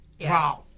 Wow